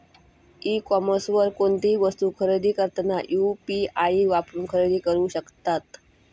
E कॉमर्सवर कोणतीही वस्तू खरेदी करताना यू.पी.आई वापरून खरेदी करू शकतत